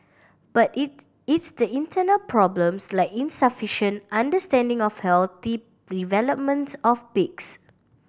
but it's the internal problems like insufficient understanding of healthy developments of pigs